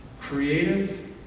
Creative